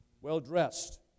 well-dressed